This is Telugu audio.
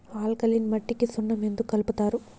ఆల్కలీన్ మట్టికి సున్నం ఎందుకు కలుపుతారు